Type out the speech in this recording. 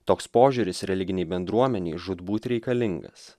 toks požiūris religinei bendruomenei žūtbūt reikalingas